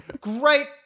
Great